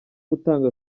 gutanga